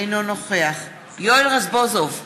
אינו נוכח יואל רזבוזוב,